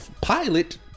pilot